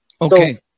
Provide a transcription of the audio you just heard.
Okay